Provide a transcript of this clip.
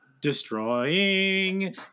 destroying